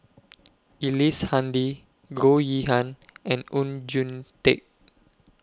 Ellice Handy Goh Yihan and Oon Jin Teik